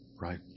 right